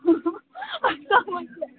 असं म्हटलं